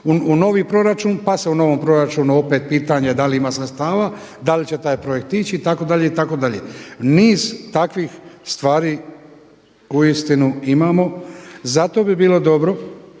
u novi proračun, pa se u novom proračunu opet pitanje da li ima sredstava, da li taj projekt ići itd., itd. niz takvih stvari uistinu imamo. Zato bi bilo dobro